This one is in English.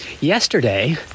yesterday